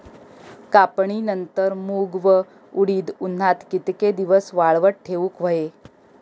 कापणीनंतर मूग व उडीद उन्हात कितके दिवस वाळवत ठेवूक व्हये?